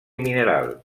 mineral